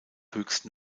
höchsten